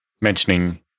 mentioning